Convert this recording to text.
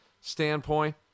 standpoint